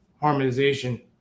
harmonization